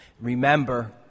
Remember